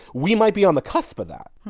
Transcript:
we might be on the cusp of that.